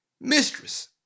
mistress